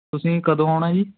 ਤੁਸੀਂ ਕਦੋਂ ਆਉਣਾ ਜੀ